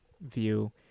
view